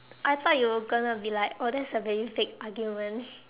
I thought you were gonna be like oh that is a very vague argument